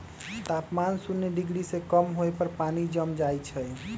तापमान शुन्य डिग्री से कम होय पर पानी जम जाइ छइ